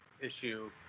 issue